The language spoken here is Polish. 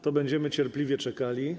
To będziemy cierpliwie czekali.